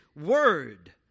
word